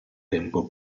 tempo